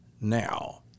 now